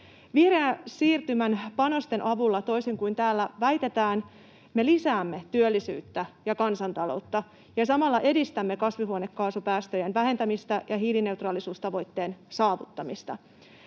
Vihreän siirtymän panosten avulla — toisin kuin täällä väitetään — me lisäämme työllisyyttä ja kansantaloutta ja samalla edistämme kasvihuonekaasupäästöjen vähentämistä ja hiilineutraalisuustavoitteen saavuttamista.